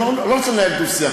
אני לא רוצה לנהל דו-שיח.